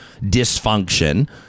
dysfunction